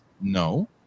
no